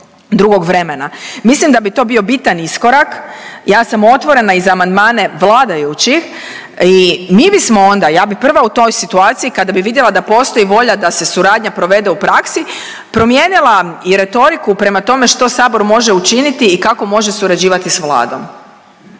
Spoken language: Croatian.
drugog vremena. Mislim da bi to bio bitan iskorak, ja sam otvorena i za amandmane vladajućih i mi bismo onda, ja bih prva u toj situaciji, kada bih vidjela da postoji volja da se suradnja provede u praksi, promijenila i retoriku prema tome što Sabor može učiniti i kako može surađivati s Vladom.